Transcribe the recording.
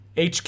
hq